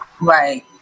Right